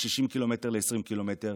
מ-60 ק"מ ל-20 ק"מ,